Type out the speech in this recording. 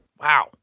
Wow